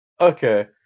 Okay